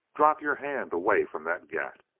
drop your hand away from that gat!